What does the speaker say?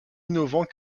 innovants